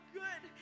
good